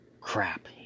Crap